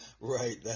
Right